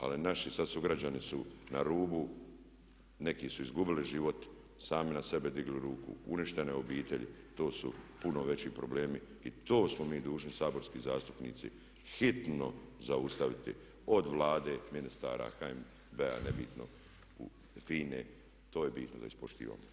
Ali naši sad sugrađani su na rubu, neki su izgubili život, sami na sebe digli ruku, uništene obitelji to su puno veći problemi i to smo mi dužni saborski zastupnici hitno zaustaviti od Vlade, ministara, HNB-a, nebitno, FINA-e, to je bitno da ispoštivamo.